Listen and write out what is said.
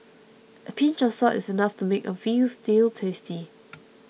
a pinch of salt is enough to make a Veal Stew tasty